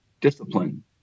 discipline